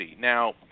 Now